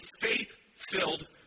faith-filled